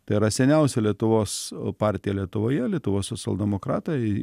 tai yra seniausia lietuvos partija lietuvoje lietuvos socialdemokratai